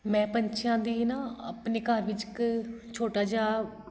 ਮੈਂ ਪੰਛੀਆਂ ਦੀ ਨਾ ਆਪਣੇ ਘਰ ਵਿੱਚ ਇੱਕ ਛੋਟਾ ਜਿਹਾ